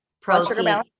protein